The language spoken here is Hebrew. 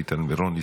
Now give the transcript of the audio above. שלי טל מירון,